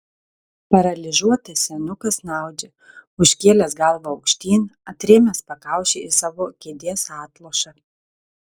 paralyžiuotas senukas snaudžia užkėlęs galvą aukštyn atrėmęs pakauši į savo kėdės atlošą